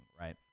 right